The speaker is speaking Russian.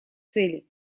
цели